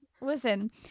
listen